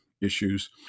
issues